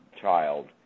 child